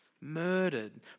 murdered